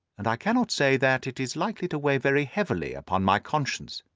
and i cannot say that it is likely to weigh very heavily upon my conscience.